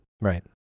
Right